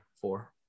Four